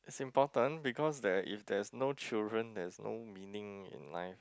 it's important because there is there's no children there's no meaning in life